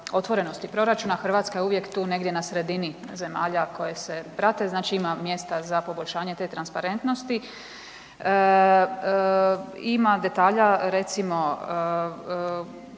otvorenosti proračuna Hrvatska je uvijek tu negdje na sredini zemalja koje se prate, znači ima mjesta za poboljšanje te transparentnosti, ima detalja koji